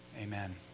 amen